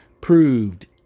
proved